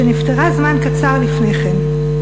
שנפטרה זמן קצר לפני כן.